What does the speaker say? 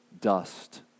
dust